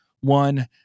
one